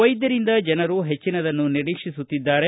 ವೈದ್ಯರಿಂದ ಜನರು ಹೆಚ್ಚಿನದನ್ನು ನಿರೀಕ್ಷಿಸುತ್ತಿದ್ದಾರೆ